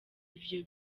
ivyo